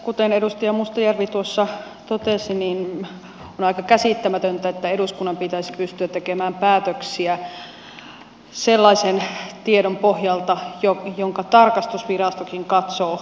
kuten edustaja mustajärvi totesi niin on aika käsittämätöntä että eduskunnan pitäisi pystyä tekemään päätöksiä sellaisen tiedon pohjalta jonka tarkastusvirastokin katsoo riittämättömäksi